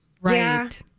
Right